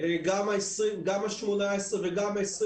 גם ה-18 וגם ה-24